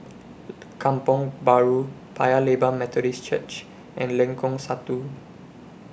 Kampong Bahru Paya Lebar Methodist Church and Lengkok Satu